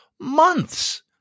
months